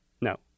No